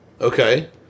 Okay